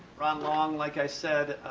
ron long, like i said,